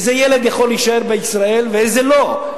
איזה ילד יכול להישאר בישראל ואיזה לא,